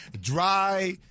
Dry